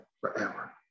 forever